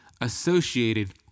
associated